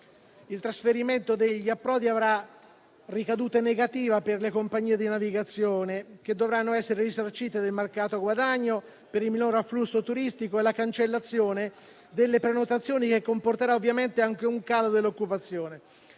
Il trasferimento degli approdi avrà ricadute negative per le compagnie di navigazione, che dovranno essere risarcite del mancato guadagno per il minor afflusso turistico e la cancellazione delle prenotazioni, che comporterà ovviamente anche un calo dell'occupazione.